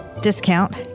discount